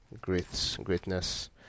greatness